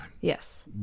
Yes